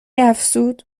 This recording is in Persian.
افزود